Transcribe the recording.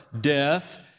death